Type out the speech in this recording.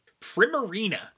Primarina